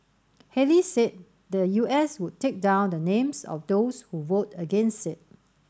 Haley said the U S would take down the names of those who vote against it